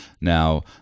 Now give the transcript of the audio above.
Now